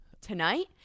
tonight